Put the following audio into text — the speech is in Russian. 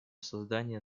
создания